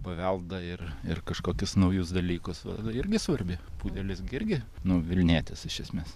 paveldą ir ir kažkokius naujus dalykus irgi svarbi pudelis gi irgi nu vilnietis iš esmės